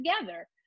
together